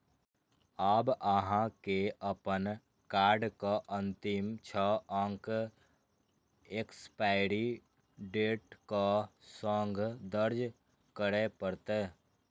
आब अहां के अपन कार्डक अंतिम छह अंक एक्सपायरी डेटक संग दर्ज करय पड़त